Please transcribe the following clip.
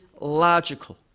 logical